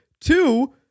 two